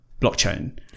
blockchain